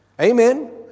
Amen